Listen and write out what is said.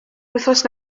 wythnos